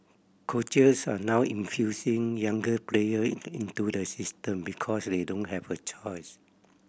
coaches are now infusing younger player in into the system because they don't have a choice